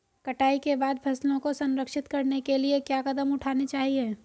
कटाई के बाद फसलों को संरक्षित करने के लिए क्या कदम उठाने चाहिए?